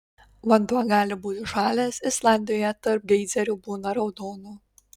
vanduo gali būti žalias islandijoje tarp geizerių būna raudono